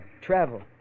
travel